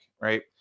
right